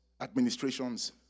administrations